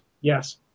Yes